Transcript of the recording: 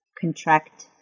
contract